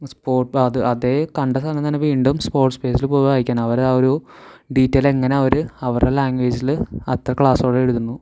sport അതെ കണ്ട സാധനം തന്നെ വീണ്ടും സ്പോർട്സ് പേജിൽ പോയി വായിക്കാൻ അവരെ ആ ഒരു ഡീറ്റൈൽ എങ്ങനെ ആ ഒരു അവരെ ലാഗ്വേജിൽ അത്ര ക്ലാസ്സോടെ എഴുതുന്നു